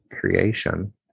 creation